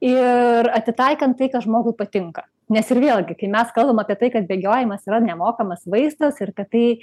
ir atitaikant tai kas žmogui patinka nes ir vėlgi kai mes kalbam apie tai kad bėgiojimas yra nemokamas vaistas ir kad tai